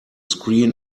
screen